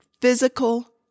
physical